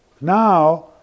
Now